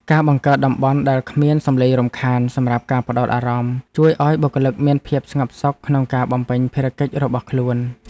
ការបង្កើតតំបន់ដែលគ្មានសំឡេងរំខានសម្រាប់ការផ្ដោតអារម្មណ៍ ជួយឱ្យបុគ្គលិកមានភាពស្ងប់សុខក្នុងការបំពេញភារកិច្ចរបស់ខ្លួន។